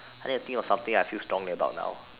I need to think of something I feel strong about now